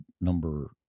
number